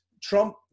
Trump